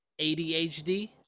ADHD